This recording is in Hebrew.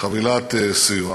חבילת סיוע